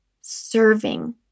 serving